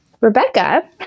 Rebecca